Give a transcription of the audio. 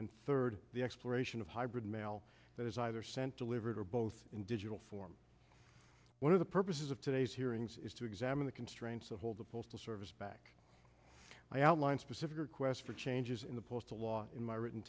and third the exploration of hybrid mail that is either sent delivered or both in digital form one of the purposes of today's hearings is to examine the constraints of hold the postal service back i outlined specific requests for changes in the post a law in my written